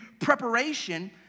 preparation